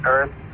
Earth